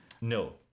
No